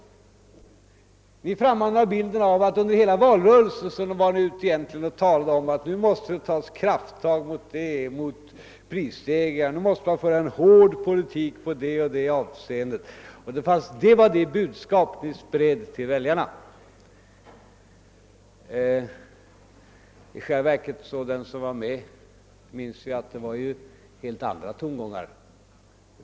Den frammanar bilden av att ni under hela valrörelsen egentligen var ute och talade om att nu måste det tas krafttag mot prisstegringarna, nu måste man föra en hård politik i olika sammanhang. Det skulle vara det budskapet ni spred till väljarna. I själva verket minns ju den som var med i valrörelsen att det då hördes helt andra tongångar.